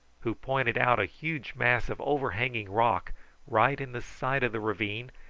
who pointed out a huge mass of overhanging rock right in the side of the ravine,